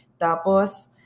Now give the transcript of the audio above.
Tapos